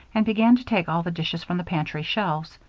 and began to take all the dishes from the pantry shelves.